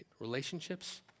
Relationships